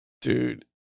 Dude